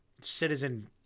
citizen